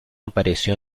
apareció